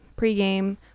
pregame